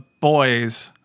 boys